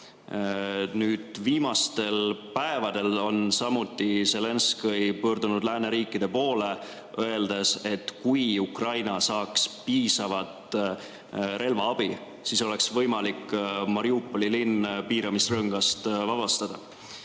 Nüüd viimastel päevadel on samuti Zelenskõi pöördunud lääneriikide poole, öeldes, et kui Ukraina saaks piisavat relvaabi, siis oleks võimalik Mariupoli linn piiramisrõngast vabastada.